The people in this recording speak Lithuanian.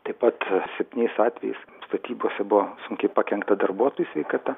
taip pat septyniais atvejais statybose buvo sunkiai pakenkta darbuotojų sveikata